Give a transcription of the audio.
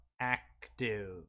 active